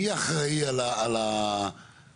מי אחראי על המיון,